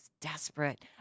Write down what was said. desperate